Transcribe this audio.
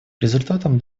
результатом